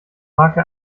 marke